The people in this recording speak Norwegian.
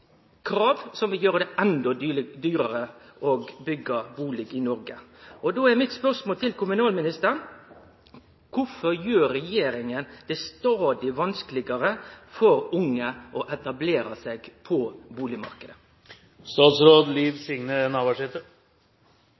endå dyrare å byggje bustader i Noreg. Då er mitt spørsmål til kommunalministeren: Kvifor gjer regjeringa det stadig vanskelegare for unge å etablere seg på